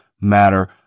Matter